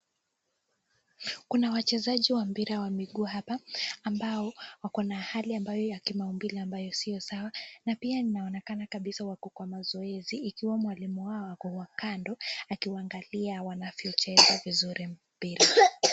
Kuna wachezaji wa mpira wamekua hapa ambao wako na hali ambayo ya kimaumbile sio sawa na pia inaonekana kabisa wako kwa mazoezi ikiwa mwalimu wao ako kwa kando akiwaangalia wanavyocheza vizuri mpira.